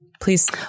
Please